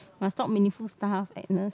must talk meaningful stuff Agnes